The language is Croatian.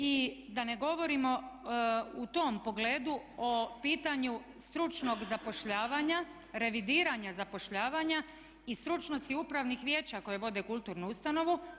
I da ne govorimo u tom pogledu o pitanju stručnog zapošljavanja, revidiranja zapošljavanja i stručnosti upravnih vijeća koje vode kulturnu ustanovu.